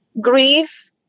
grief